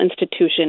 institution